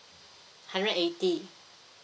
hundred eighty